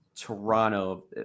Toronto